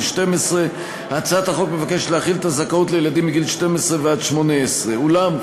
12. הצעת החוק מבקשת להחיל את הזכאות על ילדים מגיל 12 עד גיל 18. ואולם,